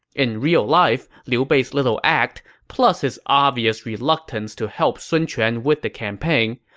in real life, liu bei's little act, plus his obvious reluctance to help sun quan with the campaign,